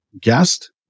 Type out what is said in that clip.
guest